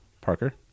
Parker